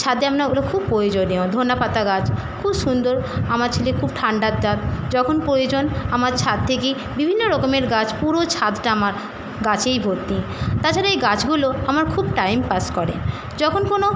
ছাদে আমরা ওগুলো খুব প্রয়োজনীয় ধনেপাতা গাছ খুব সুন্দর আমার ছেলে খুব ঠান্ডার ধাত যখন প্রয়োজন আমার ছাদ থেকেই বিভিন্ন রকমের গাছ পুরো ছাদটা আমার গাছেই ভর্তি তাছাড়া এই গাছগুলো আমার খুব টাইম পাস করে যখন কোনো